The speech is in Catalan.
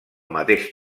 mateix